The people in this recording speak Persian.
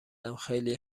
خلی